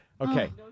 Okay